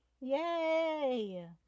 Yay